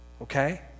Okay